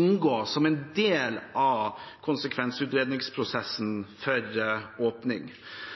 inngå som en del av konsekvensutredningsprosessen for åpning.